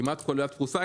כמעט כל אילת פרוסה.